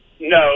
No